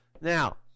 now